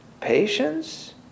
patience